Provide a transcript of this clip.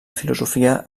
filosofia